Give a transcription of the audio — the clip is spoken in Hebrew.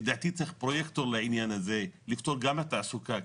לדעתי צריך פרויקטור לעניין הזה לפתור גם את התעסוקה,